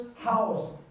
house